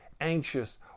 anxious